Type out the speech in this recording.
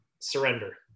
Surrender